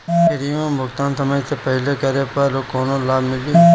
Premium भुगतान समय से पहिले करे पर कौनो लाभ मिली?